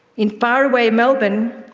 in far away melbourne,